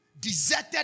Deserted